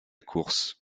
course